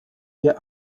get